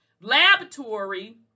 laboratory